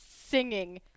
singing